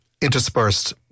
interspersed